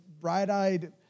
bright-eyed